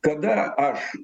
kada aš